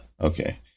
okay